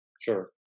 Sure